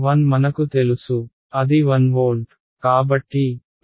1 మనకు తెలుసు అది 1 వోల్ట్